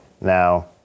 now